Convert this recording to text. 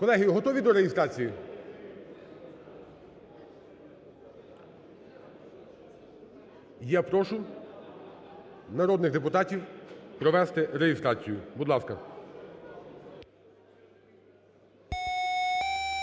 Колеги, готові до реєстрації? Я прошу народних депутатів провести реєстрацію. Будь ласка.